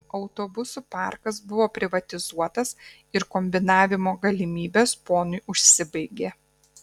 autobusų parkas buvo privatizuotas ir kombinavimo galimybės ponui užsibaigė